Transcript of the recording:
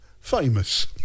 famous